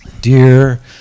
Dear